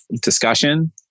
discussion